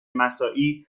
مساعی